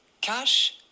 cash